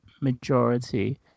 majority